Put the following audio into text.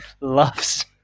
loves